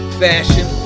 fashion